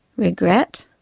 regret.